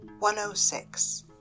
106